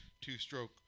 two-stroke